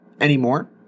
anymore